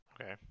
okay